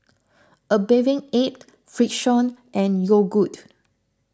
A Bathing Ape Frixion and Yogood